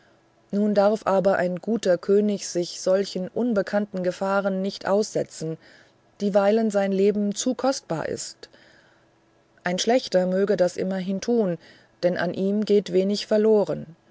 nun darf aber ein guter könig sich solchen unbekannten gefahren nicht aussetzen dieweil sein leben zu kostbar ist ein schlechter möge das immerhin tun denn an ihm geht wenig verloren